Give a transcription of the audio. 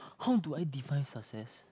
how do I define success